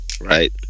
Right